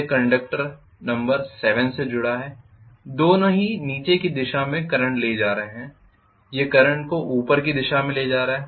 यह conductor number 7 से जुड़ा है दोनों ही इसे नीचे की दिशा में करंट ले जा रहे हैं यह करंट को ऊपर की दिशा में ले जा रहा है